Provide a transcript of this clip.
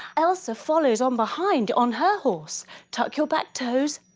elsa follows on behind on her horse tuck your back toes